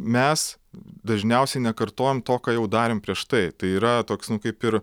mes dažniausiai nekartojam to ką jau darėm prieš tai tai yra toks nu kaip ir